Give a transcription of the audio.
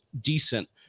decent